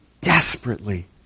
desperately